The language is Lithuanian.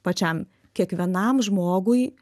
pačiam kiekvienam žmogui